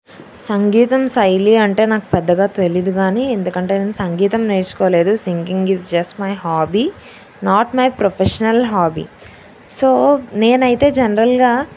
సంగీతం శైలి అంటే నాకు పెద్దగా తెలియదు కానీ ఎందుకంటే నేను సంగీతం నేర్చుకోలేదు singing is just my hobby not my professional hobby so నేనైతే జన్రల్గా